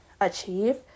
achieve